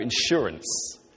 insurance